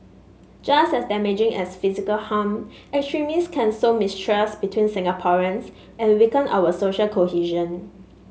just as damaging as physical harm extremists can sow mistrust between Singaporeans and weaken our social cohesion